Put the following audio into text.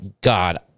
god